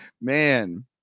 man